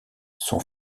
sont